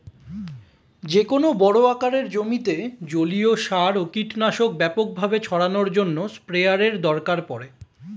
যেকোনো বড় আকারের জমিতে জলীয় সার ও কীটনাশক ব্যাপকভাবে ছড়ানোর জন্য স্প্রেয়ারের দরকার পড়ে